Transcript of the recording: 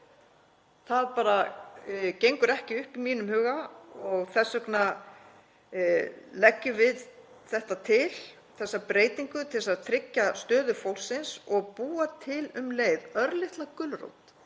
Það bara gengur ekki upp í mínum huga og þess vegna leggjum við til þessa breytingu til að tryggja stöðu fólksins og búa til um leið örlitla gulrót